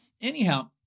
anyhow